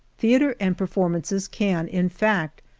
theatre and performances can, in fact,